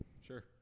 Sure